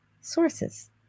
sources